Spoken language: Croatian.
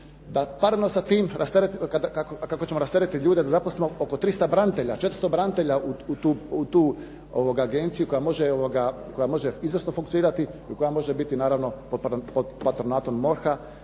rasteretimo, kako ćemo rasteretit ljude, da zaposlimo oko 300 branitelja, 400 branitelja u tu agenciju koja može izvrsno funkcionirati, koja može biti naravno pod patronatom MORH-a